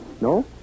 No